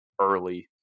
early